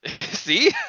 See